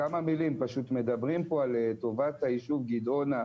כמה מלים, מדברים פה על טובת היישוב גדעונה,